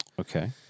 Okay